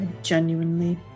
genuinely